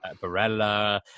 Barella